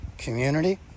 community